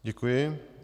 Děkuji.